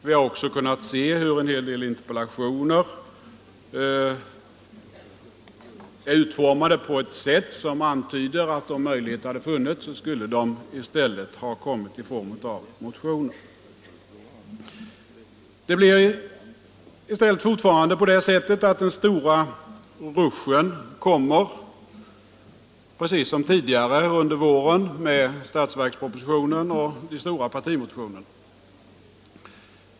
Vi har också kunnat se hur en hel del interpellationer är utformade på ett sätt som antyder att om möjlighet hade funnits skulle de i stället ha kommit i form av motioner. Det blir fortfarande på det sättet att den stora rushen kommer, precis som tidigare, under våren med budgeten och de stora partimotionerna.